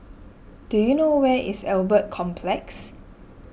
do you know where is Albert Complex